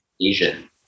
Asian